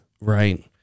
right